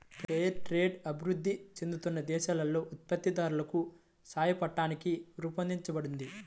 fair trade అభివృద్ధి చెందుతున్న దేశాలలో ఉత్పత్తిదారులకు సాయపట్టానికి రూపొందించబడింది